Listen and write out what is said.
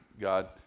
God